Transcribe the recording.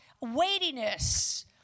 weightiness